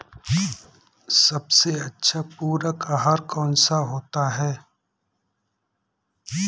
सबसे अच्छा पूरक आहार कौन सा होता है?